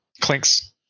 Clinks